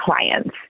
clients